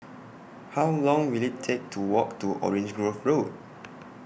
How Long Will IT Take to Walk to Orange Grove Road